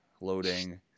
loading